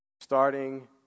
Starting